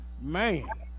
man